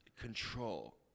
control